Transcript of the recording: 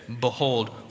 behold